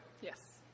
Yes